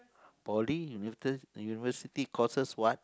Poly uni~ University courses what